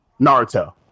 Naruto